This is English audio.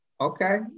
Okay